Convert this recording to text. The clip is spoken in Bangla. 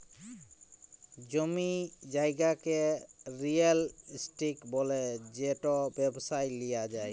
জমি জায়গাকে রিয়েল ইস্টেট ব্যলে যেট ব্যবসায় লিয়া যায়